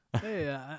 Hey